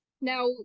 Now